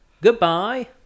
goodbye